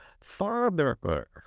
father